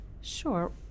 Sure